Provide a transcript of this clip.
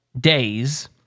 days